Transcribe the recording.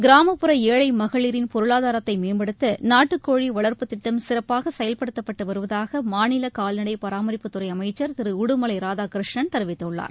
கிராமப்புற ஏழை மகளிரின் பொருளாதாரத்தை மேம்படுத்த நாட்டுக்கோழி வளர்ப்புத் திட்டம் சிறப்பாக செயல்படுத்தப்பட்டு வருவதாக மாநில கால்நடை பராமரிப்புத்துறை அமைச்சர் திரு உடுமலை ராதாகிருஷ்ணன் தெரிவித்துள்ளார்